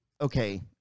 okay